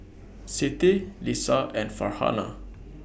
Siti Lisa and Farhanah